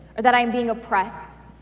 or that i'm being oppressed,